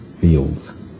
Fields